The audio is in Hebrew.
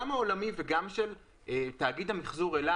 גם העולמי וגם של תאגיד המיחזור אל"ה